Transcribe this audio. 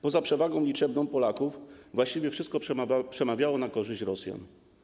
Poza przewagą liczebną Polaków właściwie wszystko przemawiało na korzyść Rosjan.